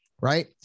right